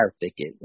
thicket